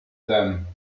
them